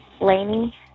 Laney